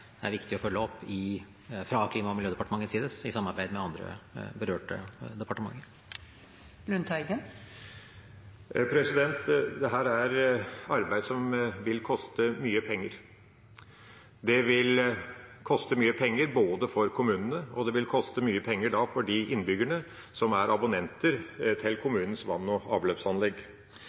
er viktig å følge opp fra Klima- og miljødepartementets side i samarbeid med andre berørte departementer. Dette er arbeid som vil koste mye penger. Det vil koste mye penger både for kommunene og for de innbyggerne som er abonnenter av kommunenes vann- og avløpsanlegg.